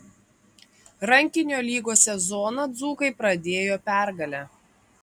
rankinio lygos sezoną dzūkai pradėjo pergale